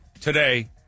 today